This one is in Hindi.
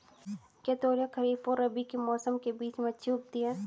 क्या तोरियां खरीफ और रबी के मौसम के बीच में अच्छी उगती हैं?